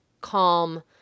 calm